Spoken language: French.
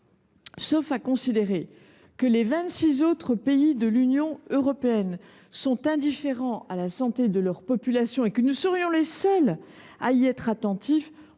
à considérer que les autres pays de l’Union européenne seraient indifférents à la santé de leurs populations et que notre pays serait le seul à y être attentif